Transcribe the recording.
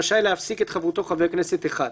רשאי להפסיק את חברותו חבר כנסת אחד,